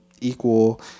equal